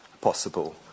possible